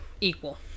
equal